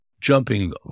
jumping